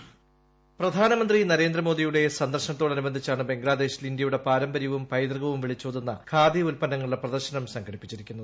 voice പ്രധാനമന്ത്രി നരേന്ദ്രമോദിയുടെ ക്സ്ന്ദർശനത്തോടനുബന്ധിച്ചാണ് ബംഗ്ലാദേശിൽ ഇന്ത്യയുടെ പാരമ്പര്യവും പൈതൃകവും വിളിച്ചോതുന്ന ഖാദി ്കൂ ഉൽപ്പന്നങ്ങളുടെ പ്രദർശനം സംഘടിപ്പിച്ചിരിക്കുന്നത്